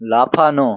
লাফানো